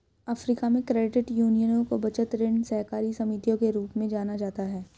Africa में, credit यूनियनों को बचत, ऋण सहकारी समितियों के रूप में जाना जाता है